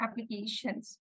applications